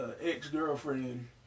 ex-girlfriend